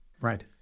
Right